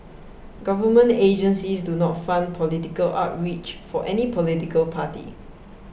government agencies do not fund political outreach for any political party